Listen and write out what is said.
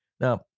Now